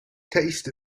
taste